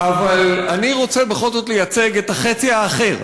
אבל אני רוצה בכל זאת לייצג את החצי האחר.